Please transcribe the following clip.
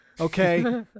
Okay